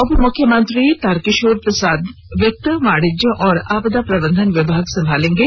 उपमुख्यमंत्री तारकिशोर प्रसाद वित्त वाणिज्य और आपदा प्रबंधन विभाग संभालेंगे